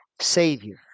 savior